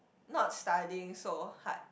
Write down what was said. not studying so hard